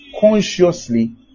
consciously